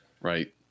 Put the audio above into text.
right